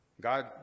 God